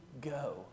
go